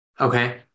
Okay